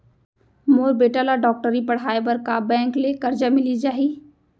मोर बेटा ल डॉक्टरी पढ़ाये बर का बैंक ले करजा मिलिस जाही?